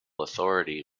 authority